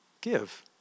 give